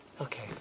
Okay